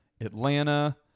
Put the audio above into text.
Atlanta